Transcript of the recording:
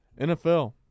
NFL